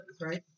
right